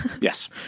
Yes